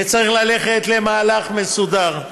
וצריך ללכת למהלך מסודר,